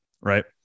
right